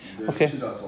Okay